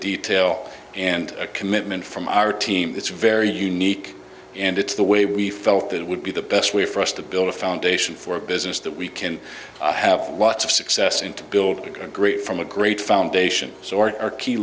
detail and a commitment from our team that's very unique and it's the way we felt that it would be the best way for us to build a foundation for a business that we can have lots of success in to build a great from a great foundation